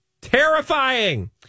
Terrifying